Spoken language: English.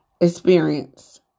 experience